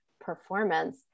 performance